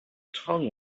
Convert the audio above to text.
tongue